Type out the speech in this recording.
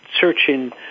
searching